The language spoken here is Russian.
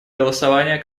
голосования